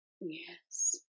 Yes